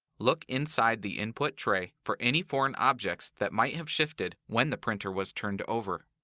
look inside the input tray for any foreign objects that might have shifted when the printer was turned over.